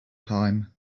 time